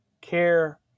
care